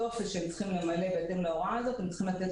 בטופס שהם צריכים למלא בהתאם להוראה הזאת הם צריכים לתת